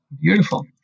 Beautiful